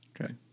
Okay